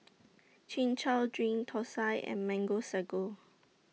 Chin Chow Drink Thosai and Mango Sago